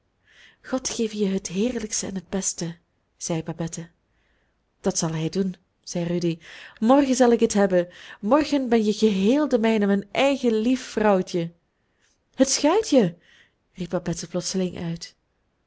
god geve je het heerlijkste en het beste zei babette dat zal hij doen zei rudy morgen zal ik het hebben morgen ben je geheel de mijne mijn eigen lief vrouwtje het schuitje riep babette plotseling uit